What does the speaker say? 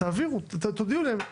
תודיעו להם.